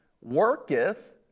worketh